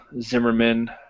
Zimmerman